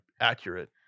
accurate